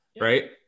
right